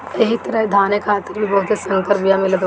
एही तरहे धान खातिर भी बहुते संकर बिया मिलत बाटे